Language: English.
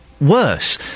worse